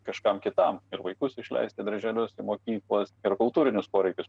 kažkam kitam ir vaikus išleist į darželius mokyklas ir kultūrinius poreikius